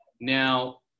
Now